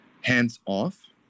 hands-off